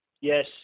yes